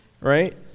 right